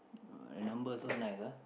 number so nice ah